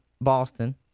Boston